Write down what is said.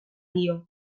dio